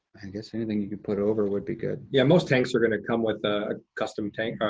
i guess anything you could put over would be good. yeah, most tanks are gonna come with a custom tank,